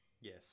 Yes